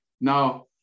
Now